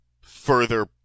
further